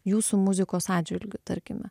jūsų muzikos atžvilgiu tarkime